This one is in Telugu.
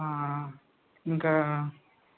ఇంకా